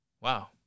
Wow